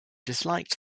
disliked